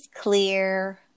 clear